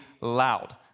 loud